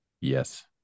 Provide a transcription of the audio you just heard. yes